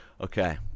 Okay